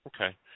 Okay